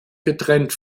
getrennt